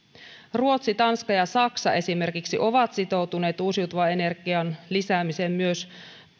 ruotsi tanska ja saksa esimerkiksi ovat sitoutuneet uusiutuvan energian lisäämiseen myös